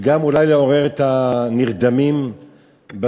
וגם אולי לעורר את הנרדמים בשמירה.